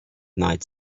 knight